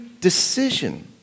decision